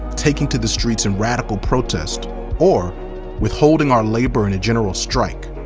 taking to the streets and radical protest or withholding our labor in a general strike.